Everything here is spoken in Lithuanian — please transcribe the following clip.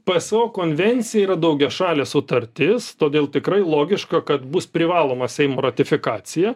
pso konvencija yra daugiašalė sutartis todėl tikrai logiška kad bus privaloma seimo ratifikacija